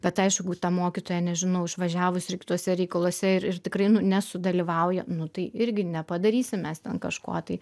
bet aišku jeigu ta mokytoja nežinau išvažiavus ir kituose reikaluose ir ir tikrai nu nesudalyvauja nu tai irgi nepadarysim mes ten kažko tai